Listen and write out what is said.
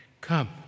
Come